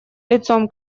лицом